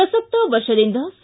ಪ್ರಸಕ್ತ ವರ್ಷದಿಂದ ಸಿ